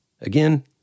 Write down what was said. again